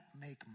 make